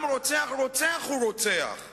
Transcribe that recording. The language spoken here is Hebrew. גם רוצח רוצח הוא רוצח.